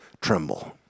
tremble